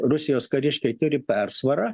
rusijos kariškiai turi persvarą